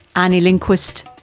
and ljungqvist,